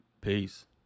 peace